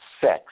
Sex